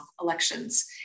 elections